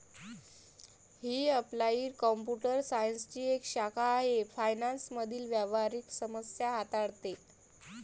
ही applied computer सायन्सची एक शाखा आहे फायनान्स मधील व्यावहारिक समस्या हाताळते